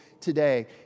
today